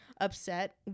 upset